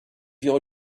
your